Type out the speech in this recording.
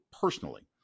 personally